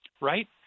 right